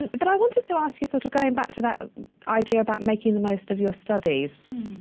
but i wanted to ask you, sort of going back to that idea about making the most of your studies,